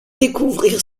découvrir